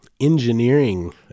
engineering